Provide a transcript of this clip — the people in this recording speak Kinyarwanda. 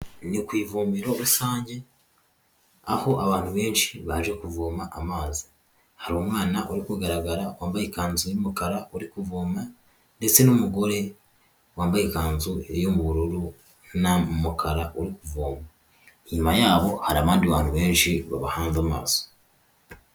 Ni ku ivomero rusange aho abantu benshi baje kuvoma amazi, hari umwana uri kugaragara wambaye ikanzu y'umukara uri kuvoma, ndetse n'umugore wambaye ikanzu y'ubururu n'umukara uri kuvoma. Inyuma yaho hari abandi bantu benshi babahanze amaso.